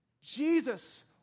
Jesus